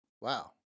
wow